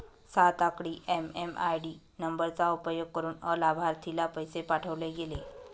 सात आकडी एम.एम.आय.डी नंबरचा उपयोग करुन अलाभार्थीला पैसे पाठवले गेले